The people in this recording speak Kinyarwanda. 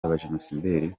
abajenosideri